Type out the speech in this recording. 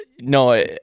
no